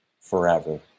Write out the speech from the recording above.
forever